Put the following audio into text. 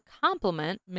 complement